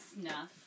snuff